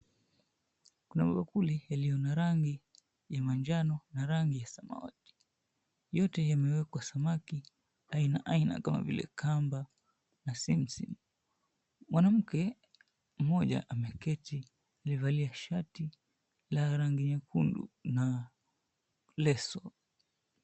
Kuna mabakuli yaliyo na rangi ya manjano na rangi ya samawati yote yamewekwa samaki aina aina kama vile kamba na simsim mwanamke mmoja ameketi aliyevalia shati la rangi nyekundu na leso.